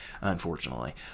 unfortunately